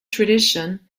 tradition